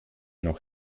noch